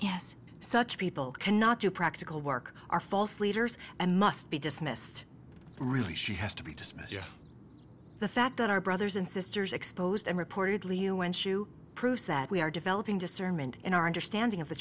yes such people cannot do practical work are false leaders and must be dismissed really she has to be dismissed the fact that our brothers and sisters exposed and reportedly us you proves that we are developing discernment in our understanding of the